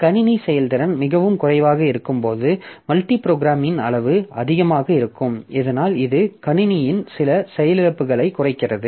கணினி செயல்திறன் மிகவும் குறைவாக இருக்கும்போது மல்டி புரோகிராமிங்கின் அளவு அதிகமாக இருக்கும் இதனால் இது கணினியின் சில செயலிழப்புகளைக் குறிக்கிறது